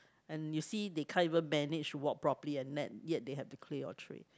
and you see they can't even manage to walk properly and y~ yet they have to clear your tray